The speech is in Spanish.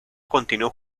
continuó